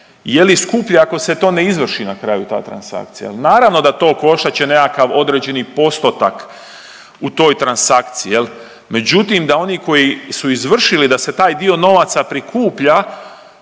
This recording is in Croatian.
je li skuplje ako se to ne izvrši na kraju ta transakcija. Naravno da to koštat će nekakav određeni postotak u toj transakciji jel, međutim da oni koji su izvršili da se taj dio novaca prikuplja